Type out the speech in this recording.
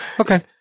Okay